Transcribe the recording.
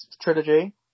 trilogy